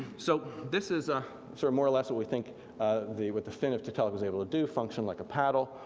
so this is a sort of more or less what we think ah what the fin of tiktaalik was able to do, function like a paddle,